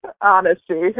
Honesty